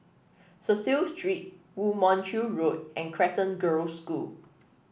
Cecil Street Woo Mon Chew Road and Crescent Girls' School